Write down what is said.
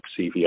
CVA